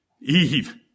Eve